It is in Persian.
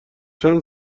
چند